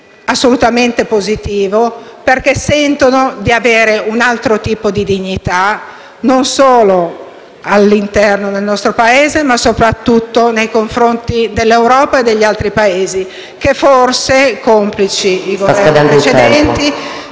assolutamente positivo perché sentono di avere un altro tipo di dignità non solo all'interno del nostro Paese ma soprattutto nei confronti dell'Europa e degli altri Paesi che, forse, complici i Governi precedenti,